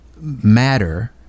matter